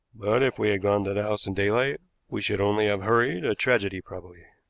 but if we had gone to the house in daylight we should only have hurried a tragedy probably.